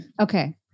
okay